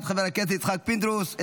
חבר הכנסת יצחק פינדרוס,